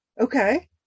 Okay